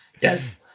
Yes